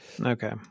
Okay